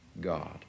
God